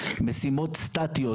משימות סטטיות,